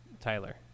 tyler